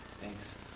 Thanks